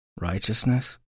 righteousness